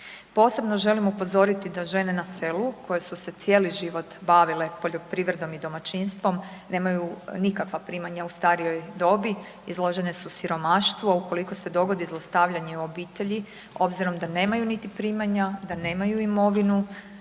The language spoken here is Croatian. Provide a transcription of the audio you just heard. Posebno želim upozoriti da žene na selu koje su se cijeli život bavile poljoprivredom i domaćinstvom, nemaju nikakva primanja u starijoj dobi, izložene su siromaštvu a ukoliko se dogodi zlostavljanje u obitelji, obzirom da nemaju niti primanja, da nemaju imovinu,